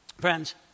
Friends